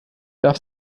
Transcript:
darf